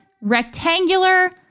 rectangular